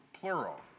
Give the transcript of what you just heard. plural